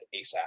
asap